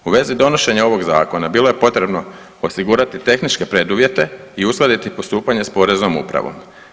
U vezi donošenja ovog zakona bilo je potrebno osigurati tehničke preduvjete i uskladiti postupanje s poreznom upravom.